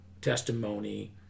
testimony